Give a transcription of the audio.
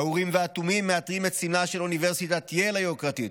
האורים והתומים מעטרים את סמלה של אוניברסיטת ייל היוקרתית,